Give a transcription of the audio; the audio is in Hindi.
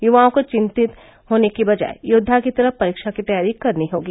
य्वाओं को विन्तित होने की बजाय योद्वा की तरह परीक्षा की तैयारी करनी होगी